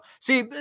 See